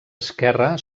esquerre